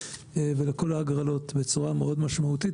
ולכל ההגרלות בצורה מאוד משמעותית.